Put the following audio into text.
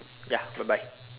ya bye bye